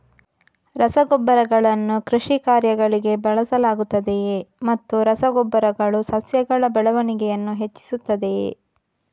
ರಸಗೊಬ್ಬರಗಳನ್ನು ಕೃಷಿ ಕಾರ್ಯಗಳಿಗೆ ಬಳಸಲಾಗುತ್ತದೆಯೇ ಮತ್ತು ರಸ ಗೊಬ್ಬರಗಳು ಸಸ್ಯಗಳ ಬೆಳವಣಿಗೆಯನ್ನು ಹೆಚ್ಚಿಸುತ್ತದೆಯೇ?